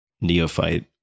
neophyte